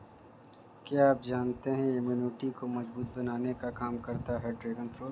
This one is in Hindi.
क्या आप जानते है इम्यूनिटी को मजबूत बनाने का काम करता है ड्रैगन फ्रूट?